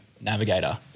navigator